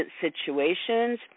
situations